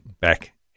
back